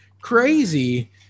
crazy